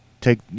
take